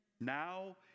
Now